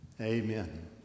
Amen